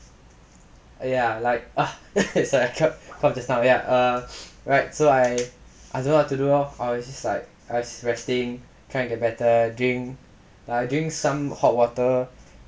ya like err sorry I cough cough just now ya err right so I I don't know what to do lor I was just like I resting try and get better drink err drink some hot water